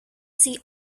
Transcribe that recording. see